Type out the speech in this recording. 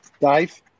Dave